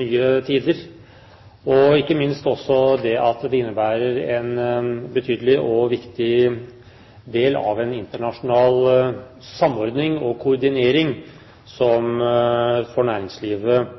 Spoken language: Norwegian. nye tider. Ikke minst innebærer det en betydelig og viktig del av en internasjonal samordning og koordinering, som for næringslivet